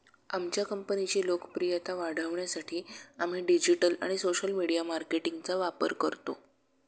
आमच्या कंपनीची लोकप्रियता वाढवण्यासाठी आम्ही डिजिटल आणि सोशल मीडिया मार्केटिंगचा वापर करतो